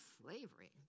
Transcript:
slavery